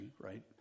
right